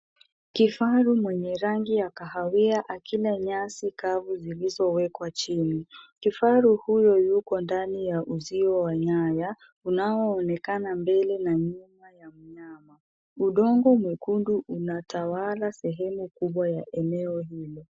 Kifaru mwenye rangi ya kahawia akila nyasi kavu zilizowekwa chini. Kifaru huyo yuko ndani ya uzio wa nyaya unaoonekana mbele na nyuma na kuna udongo mwekundu unatawala sehemu kubwa ya eneo hilo.